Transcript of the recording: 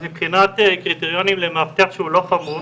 אז מבחינת קריטריונים למאבטח שהוא לא חמוש,